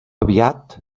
aviat